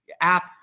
app